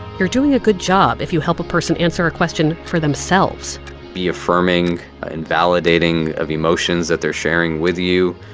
you're doing a good job if you help a person answer a question for themselves be affirming and validating of emotions that they're sharing with you.